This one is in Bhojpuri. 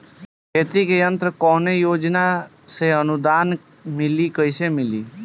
खेती के यंत्र कवने योजना से अनुदान मिली कैसे मिली?